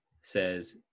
says